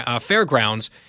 Fairgrounds